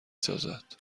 سازند